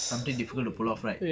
something difficult to pull off right